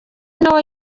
nawe